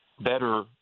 better